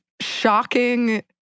shocking